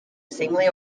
singly